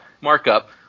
markup